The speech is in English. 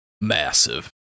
Massive